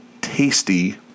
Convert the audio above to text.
tasty